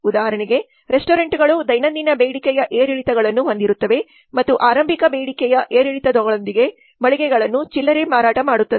ಉದಾಹರಣೆಗೆ ರೆಸ್ಟೋರೆಂಟ್ಗಳು ದೈನಂದಿನ ಬೇಡಿಕೆಯ ಏರಿಳಿತಗಳನ್ನು ಹೊಂದಿರುತ್ತವೆ ಮತ್ತು ಆರಂಭಿಕ ಆರಂಭಿಕ ಬೇಡಿಕೆಯ ಏರಿಳಿತಗಳೊಂದಿಗೆ ಮಳಿಗೆಗಳನ್ನು ಚಿಲ್ಲರೆ ಮಾರಾಟ ಮಾಡುತ್ತದೆ